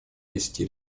десяти